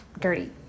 dirty